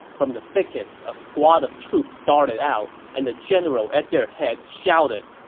from the thickets a squad of troops darted out, and the general at their head shouted,